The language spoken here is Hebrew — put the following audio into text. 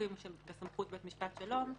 בסכסוכים שבסמכות בית משפט שלום.